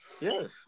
Yes